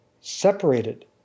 separated